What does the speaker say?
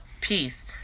peace